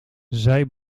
zij